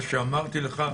מה שאמרתי לך.